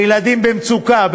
בילדים במצוקה,